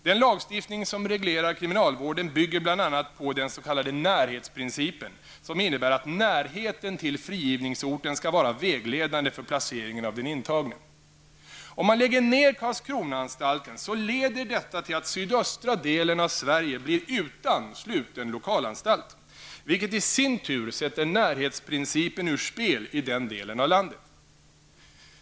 Den lagstiftning som reglerar kriminalvården bygger bl.a. på den s.k. närhetsprincipen, som innebär att närheten till frigivningsorten skall vara vägledande för placeringen av den intagne. Om man lägger ned Karlskronaanstalten leder detta till att sydöstra delen av Sverige blir utan sluten lokalanstalt, vilket i sin tur sätter närhetsprincipen ur spel i den delen av landet.